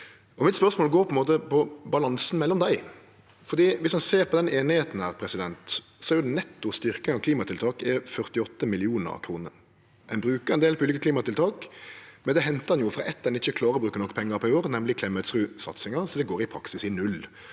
Mitt spørsmål går på balansen mellom dei, for om ein ser på denne einigheita, er netto styrking av klimatiltak 48 mill. kr. Ein brukar ein del på ulike klimatiltak, men det hentar ein jo frå eit som ein ikkje klarar å bruke nok pengar på i år, nemleg Klemetsrud-satsinga, så det går i praksis i null.